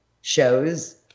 shows